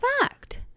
fact